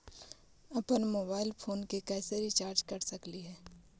अप्पन mobile phone के कैसे रिचार्ज कर सकली हे?